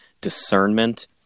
discernment